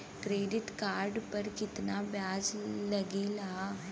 Credit card पर कितना ब्याज लगेला?